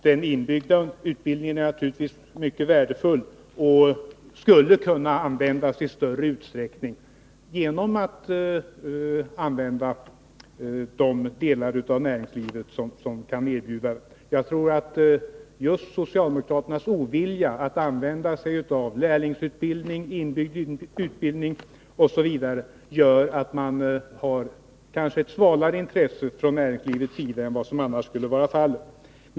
Den inbyggda utbildningen är naturligtvis mycket värdefull och skulle kunna användas i större utsträckning genom att man kopplar in de delar av näringslivet som kan erbjuda arbete. Jag tror att just socialdemokraternas ovilja att använda sig av lärlingsutbildning, inbyggd utbildning osv. gör att det finns ett svalare intresse från näringslivets sida än vad som annars skulle vara fallet.